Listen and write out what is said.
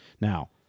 Now